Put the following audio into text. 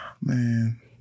man